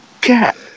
Cat